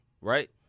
right